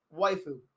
Waifu